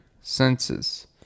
senses